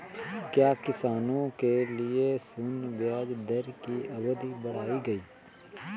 क्या किसानों के लिए शून्य ब्याज दर की अवधि बढ़ाई गई?